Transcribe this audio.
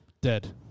Dead